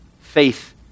faith